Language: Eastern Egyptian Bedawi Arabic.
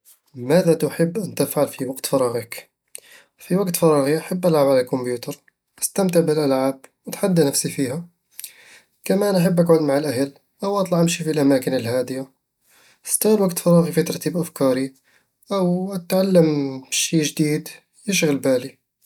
في وقت فراغي أحب ألعب على الكمبيوتر، أستمتع بالألعاب وأتحدى نفسي فيها. كمان أحب أقعد مع الأهل أو أطلع أمشي في الأماكن الهادية. أستغل وقت فراغي في ترتيب أفكاري أو أتعلم شي جديد يُشغل بالي